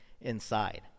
inside